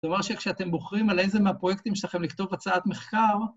זה אומר שכשאתם בוחרים על איזה מהפרויקטים שלכם לכתוב הצעת מחקר...